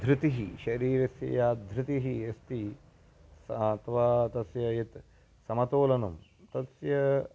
धृतिः शरीरस्य या धृतिः अस्ति सा अथवा तस्य यत् समतोलनं तस्य